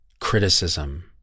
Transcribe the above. criticism